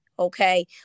Okay